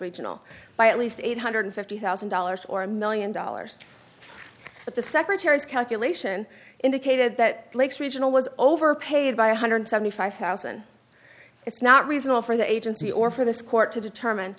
regional by at least eight hundred fifty thousand dollars or a million dollars but the secretary's calculation indicated that blake's regional was overpaid by a hundred seventy five thousand it's not reasonable for the agency or for this court to determine